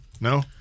no